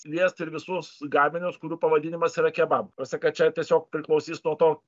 lies ir visus gaminius kurių pavadinimas yra kebab ta prasme kad čia tiesiog priklausys nuo to